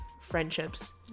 friendships